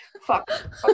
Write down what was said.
Fuck